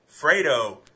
Fredo